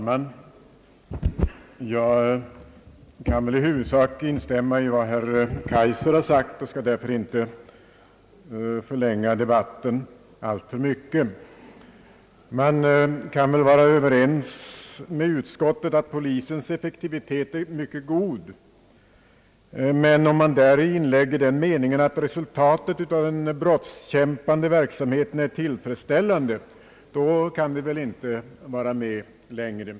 Herr talman! Jag kan i huvudsak instämma i vad herr Kaijser sagt och skall därför inte förlänga debatten alltför mycket. Man kan väl vara överens med utskottet att polisens effektivitet är mycket god. Men om utskottet däri inlägger den meningen, att resultatet av den brottsbekämpande verksamheten är tillfredsställande, då kan jag inte vara med längre.